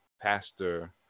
Pastor